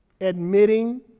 admitting